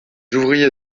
ouvriers